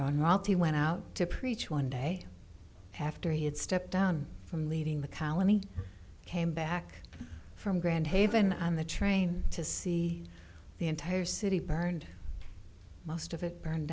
royalty went out to preach one day after he had stepped down from leading the colony came back from grand haven on the train to see the entire city burned most of it burned